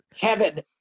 Kevin